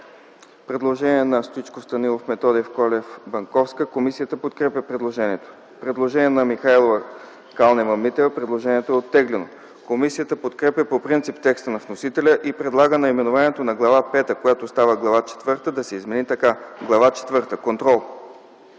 предложение на Стоичков, Станилов, Методиев, Колев и Банковска. Комисията подкрепя предложението. Има предложение на Михайлова и Калнева-Митева, което е оттеглено. Комисията подкрепя по принцип текста на вносителя и предлага наименованието на Глава пета, която става Глава четвърта, да се измени така: „Глава четвърта